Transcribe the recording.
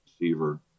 receiver